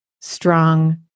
strong